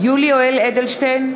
יולי יואל אדלשטיין,